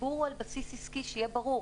החיבור הוא על בסיס עסקי, שיהיה ברור.